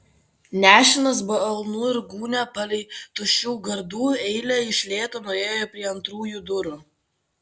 nešinas balnu ir gūnia palei tuščių gardų eilę iš lėto nuėjo prie antrųjų durų